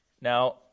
Now